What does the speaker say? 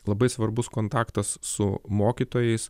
labai svarbus kontaktas su mokytojais